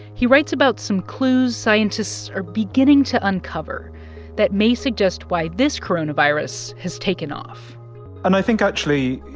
he writes about some clues scientists are beginning to uncover that may suggest why this coronavirus has taken off and i think actually,